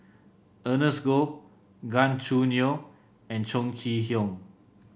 Ernest Goh Gan Choo Neo and Chong Kee Hiong